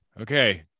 Okay